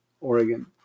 Oregon